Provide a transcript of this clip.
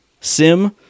sim